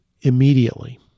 immediately